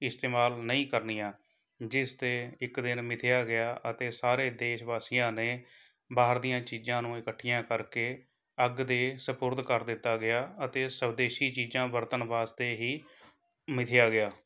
ਇਸਤੇਮਾਲ ਨਹੀਂ ਕਰਨੀਆਂ ਜਿਸ 'ਤੇ ਇੱਕ ਦਿਨ ਮਿਥਿਆ ਗਿਆ ਅਤੇ ਸਾਰੇ ਦੇਸ਼ ਵਾਸੀਆਂ ਨੇ ਬਾਹਰ ਦੀਆਂ ਚੀਜ਼ਾਂ ਨੂੰ ਇਕੱਠੀਆਂ ਕਰਕੇ ਅੱਗ ਦੇ ਸਪੁਰਦ ਕਰ ਦਿੱਤਾ ਗਿਆ ਅਤੇ ਸਵਦੇਸ਼ੀ ਚੀਜਾਂ ਵਰਤਣ ਵਾਸਤੇ ਹੀ ਮਿਥਿਆ ਗਿਆ